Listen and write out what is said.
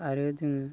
आरो जोङो